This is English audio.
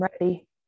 ready